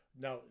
Now